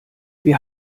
wir